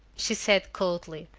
she said coldly.